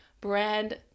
brand